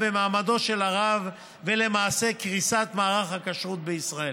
במעמדו של הרב ולמעשה קריסת מערך הכשרות בישראל,